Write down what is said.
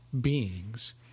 beings